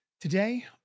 Today